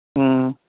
ꯎꯝ